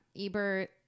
Ebert